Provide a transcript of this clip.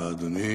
תודה, אדוני.